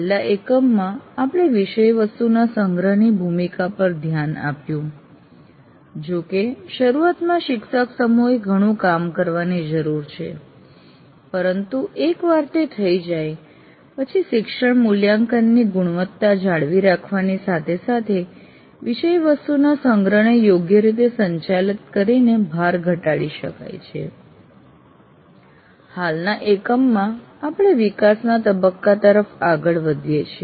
છેલ્લા એકમમાં આપણે વિષયવસ્તુના સંગ્રહની ભૂમિકા પાર ધ્યાન આપ્યું જો કે શરૂઆતમાં શિક્ષક સમૂહે ઘણું કામ કરવાની જરૂર છે પરંતુ એકવાર તે થઇ જાય પછી શિક્ષણ મલયાંકનની ગુણવતા જાળવી રાખવાની સાથે સાથે વિષયવસ્તુના સંગ્રહને યોગ્ય રીતે સંચાલિત કરીને ભાર ઘટાડી શકે છે હાલના એકમમાં આપણે વિકાસના તબક્કા તરફ આગળ વધીએ છીએ